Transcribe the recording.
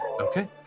Okay